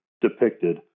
depicted